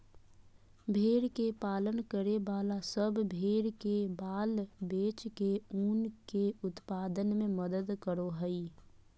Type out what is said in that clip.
भेड़ के पालन करे वाला सब भेड़ के बाल बेच के ऊन के उत्पादन में मदद करो हई